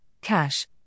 cash